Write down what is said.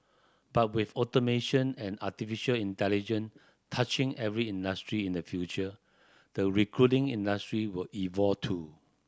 but with automation and artificial intelligence touching every industry in the future the recruiting industry will evolve too